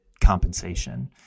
compensation